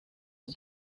形状